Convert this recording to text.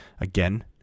again